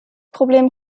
problem